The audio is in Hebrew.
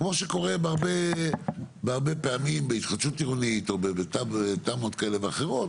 כמו שקורה בהרבה פעמים בהתחדשות עירונית או בתמ"אות כאלה ואחרות